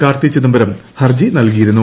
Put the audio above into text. കാർത്തി ചിദംബരം ഹർജി നൽകിയിരുന്നു